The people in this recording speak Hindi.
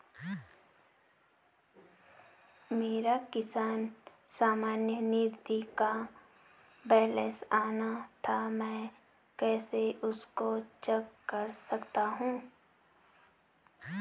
मेरा किसान सम्मान निधि का बैलेंस आना था मैं इसको कैसे चेक कर सकता हूँ?